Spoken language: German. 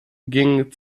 gingen